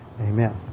amen